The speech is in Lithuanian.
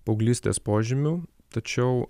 paauglystės požymių tačiau